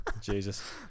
Jesus